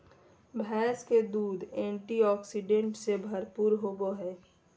भैंस के दूध एंटीऑक्सीडेंट्स से भरपूर होबय हइ